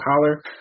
collar